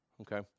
Okay